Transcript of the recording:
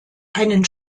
einen